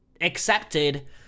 accepted